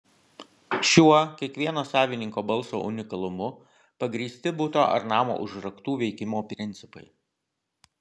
šiuo kiekvieno savininko balso unikalumu pagrįsti buto ar namo užraktų veikimo principai